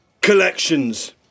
Collections